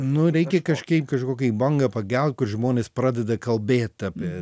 nu reikia kažkaip kažkokią bangą pagaut kur žmonės pradeda kalbėt apie